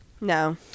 No